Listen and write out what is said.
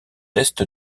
est